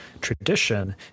tradition